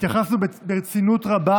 התייחסנו ברצינות רבה,